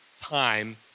time